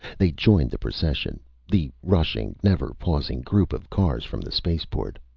they joined the procession the rushing, never-pausing group of cars from the spaceport.